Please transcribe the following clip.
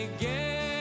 again